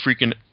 freaking